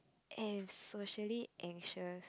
at socially anxious